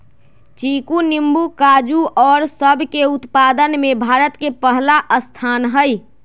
चीकू नींबू काजू और सब के उत्पादन में भारत के पहला स्थान हई